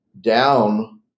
down